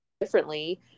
differently